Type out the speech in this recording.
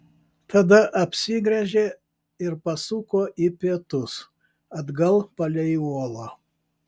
tada apsigręžė ir pasuko į pietus atgal palei uolą